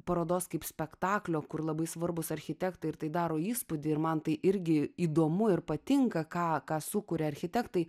parodos kaip spektaklio kur labai svarbūs architektai ir tai daro įspūdį ir man tai irgi įdomu ir patinka ką ką sukuria architektai